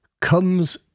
comes